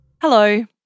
Hello